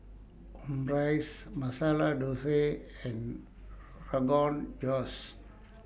Omurice Masala Dosa and Rogan Josh